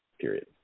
Period